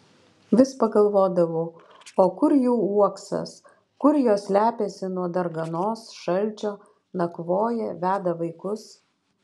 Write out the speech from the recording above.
vis pagalvodavau o kur jų uoksas kur jos slepiasi nuo darganos šalčio nakvoja veda vaikus